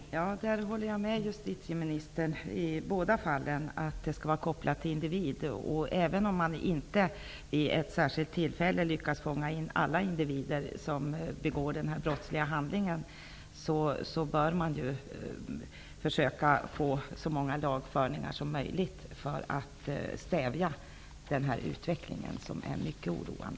Herr talman! Jag håller med justitieministern i båda fallen. Ansvaret skall vara kopplat till individerna. Även om man vid ett tillfälle inte lyckas fånga in alla individer som begår en brottslig handling bör man försöka få så många lagföringar som möjligt, för att stävja denna mycket oroande utveckling.